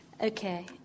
Okay